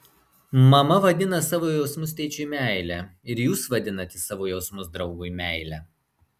mama vadina savo jausmus tėčiui meile ir jūs vadinate savo jausmus draugui meile